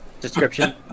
description